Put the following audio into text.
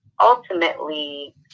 ultimately